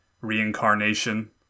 reincarnation